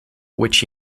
which